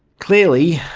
clearly,